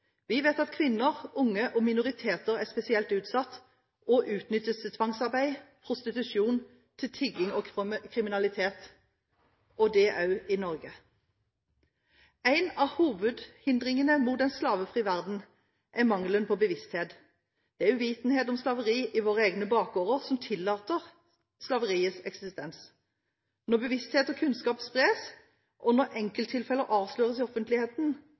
Vi vet at kvinner, unge og minoriteter er spesielt utsatt og utnyttes til tvangsarbeid, prostitusjon, tigging og kriminalitet – og det også i Norge. En av hovedhindringene mot en slavefri verden er mangelen på bevissthet. Det er uvitenhet om slaveri i våre egne bakgårder, som tillater slaveriets eksistens. Når bevissthet og kunnskap spres, og når enkelttilfeller avsløres i offentligheten,